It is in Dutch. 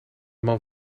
man